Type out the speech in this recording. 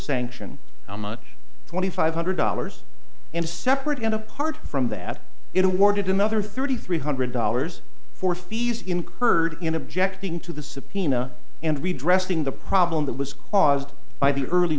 sanction how much twenty five hundred dollars and separate and apart from that it awarded another thirty three hundred dollars for fees incurred in objecting to the subpoena and redressing the problem that was caused by the early